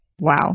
wow